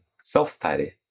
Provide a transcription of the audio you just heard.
self-study